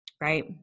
right